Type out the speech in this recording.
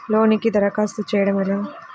లోనుకి దరఖాస్తు చేయడము ఎలా?